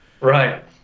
Right